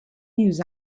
news